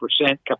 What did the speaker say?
percent